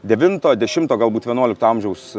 devinto dešimto galbūt vienuolikto amžiaus